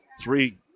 Three